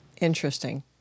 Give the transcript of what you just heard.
Interesting